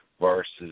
versus